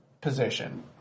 position